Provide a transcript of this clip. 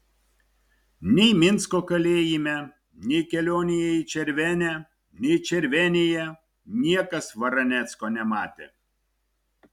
nei minsko kalėjime nei kelionėje į červenę nei červenėje niekas varanecko nematė